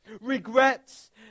Regrets